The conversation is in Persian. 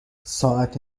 ساعت